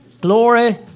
glory